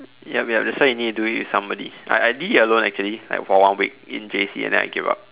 yup yup that's why you need to do it with somebody I I did it alone actually like for one week in J_C and then I gave up